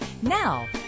Now